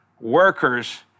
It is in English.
workers